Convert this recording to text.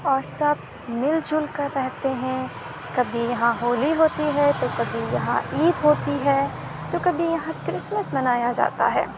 اور سب مل جل کر رہتے ہیں کبھی یہاں ہولی ہوتی ہے تو کبھی یہاں عید ہوتی ہے تو کبھی یہاں کرسمس منایا جاتا ہے